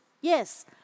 yes